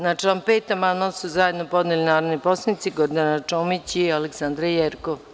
Na član 5. amandman su zajedno podneli narodni poslanici Gordana Čomoć i mr Aleksandra Jerkov.